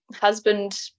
husband –